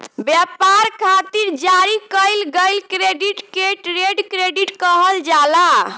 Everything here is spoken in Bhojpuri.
ब्यपार खातिर जारी कईल गईल क्रेडिट के ट्रेड क्रेडिट कहल जाला